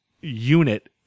unit